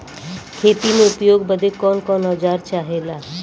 खेती में उपयोग बदे कौन कौन औजार चाहेला?